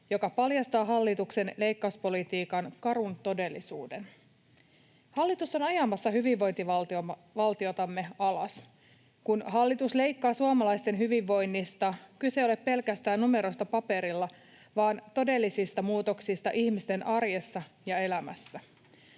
joka paljastaa hallituksen leikkauspolitiikan karun todellisuuden. Hallitus on ajamassa hyvinvointivaltiotamme alas. Kun hallitus leikkaa suomalaisten hyvinvoinnista, kyse ei ole pelkästään numeroista paperilla vaan todellisista muutoksista ihmisten arjessa ja elämässä.